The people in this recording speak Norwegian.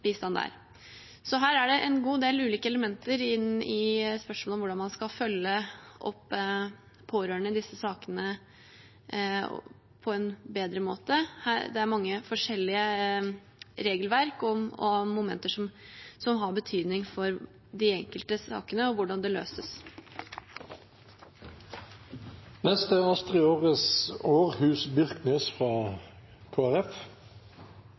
bistand der. Her er det altså en god del ulike elementer inne i spørsmålet om hvordan man skal følge opp pårørende i disse sakene på en bedre måte. Det er mange forskjellige regelverk og momenter som har betydning for de enkelte sakene, og for hvordan det